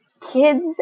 Kids